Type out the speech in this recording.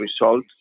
results